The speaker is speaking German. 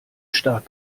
stark